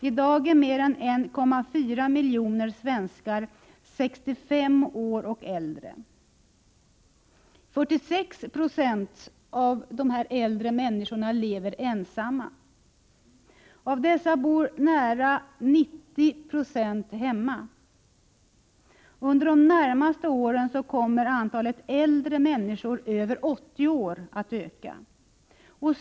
I dag är mer än 1,4 miljoner svenskar 65 år eller äldre. 46 26 av de äldre människorna lever ensamma. Av dessa bor nära 90 70 hemma. Under de närmaste åren kommer antalet äldre människor över 80 år att öka.